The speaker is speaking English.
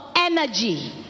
Energy